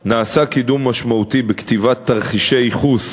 נעשה קידום משמעותי בכתיבת תרחישי ייחוס